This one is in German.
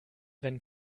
wenn